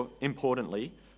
importantly